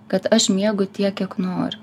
kad aš miegu tiek kiek noriu